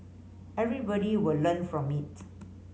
everybody will learn from it